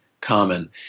common